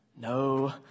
No